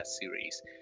series